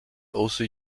also